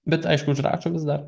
bet aišku užrašo vis dar